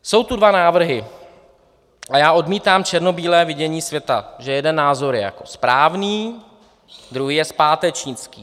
Jsou tu dva návrhy a já odmítám černobílé vidění světa, že jeden názor je jako správný, druhý je zpátečnický.